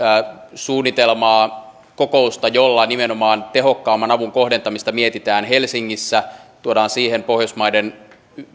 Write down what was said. suunnitelmaa kokousta jolla nimenomaan tehokkaamman avun kohdentamista mietitään helsingissä tuodaan siihen pohjoismaiden